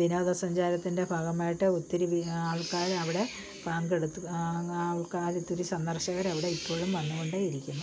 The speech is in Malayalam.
വിനോദസഞ്ചാരത്തിൻ്റെ ഭാഗമായിട്ട് ഒത്തിരി ആൾക്കാർ അവിടെ പങ്കെടുത്ത് ആൾക്കാരൊത്തിരി സന്ദർശകരവിടെ ഇപ്പോഴും വന്നുകൊണ്ടേ ഇരിക്കുന്നു